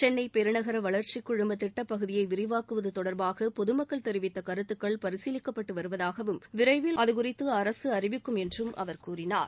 சென்னை பெருநகர வளர்ச்சிக் குழும திட்டப் பகுதியை விரிவாக்குவது தொடர்பாக பொதுமக்கள் தெரிவித்த கருத்துக்கள் பரிசீலிக்கப்பட்டு வருவதாகவும் விரைவில் அதுகுறித்து அரசு அறிவிக்கும் என்றும் அவர் கூறினார்